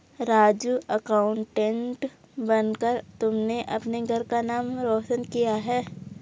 Raju accountant बनकर तुमने अपने घर का नाम रोशन किया है